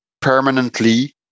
permanently